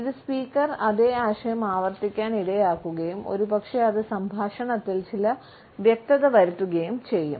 ഇത് സ്പീക്കർ അതേ ആശയം ആവർത്തിക്കാൻ ഇടയാക്കുകയും ഒരുപക്ഷേ അത് സംഭാഷണത്തിൽ ചില വ്യക്തത വരുത്തുകയും ചെയ്യും